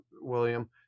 William